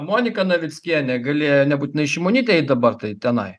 monika navickienė galėjo nebūtinai šimonytei eit dabar tai tenai